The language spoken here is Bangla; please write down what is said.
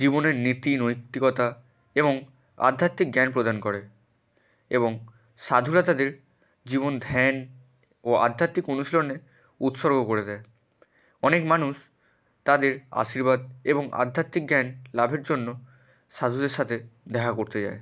জীবনের নীতি নৈতিকতা এবং আধ্যাত্মিক জ্ঞান প্রদান করে এবং সাধুরা তদের জীবন ধ্যান ও আধ্যাত্মিক অনুশীলনে উৎসর্গ করে দেয় অনেক মানুষ তাদের আশীর্বাদ এবং আধ্যাত্মিক জ্ঞান লাভের জন্য সাধুদের সাথে দেখা করতে যায়